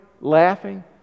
laughing